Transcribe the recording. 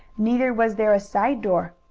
neither was there a side door.